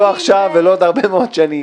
לא עכשיו ולא עוד הרבה שנים.